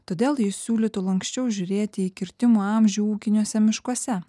todėl jis siūlytų lanksčiau žiūrėti į kirtimo amžių ūkiniuose miškuose